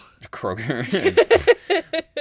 Kroger